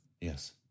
Yes